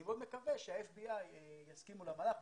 אני מאוד מקווה שה-FBI יסכימו למהלך.